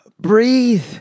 breathe